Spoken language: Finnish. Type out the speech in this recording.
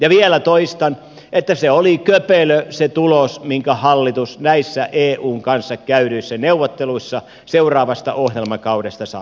vielä toistan että oli köpelö se tulos minkä hallitus näissä eun kanssa käydyissä neuvotteluissa seuraavasta ohjelmakaudesta sai